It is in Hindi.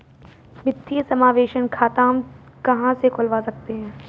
वित्तीय समावेशन खाता हम कहां से खुलवा सकते हैं?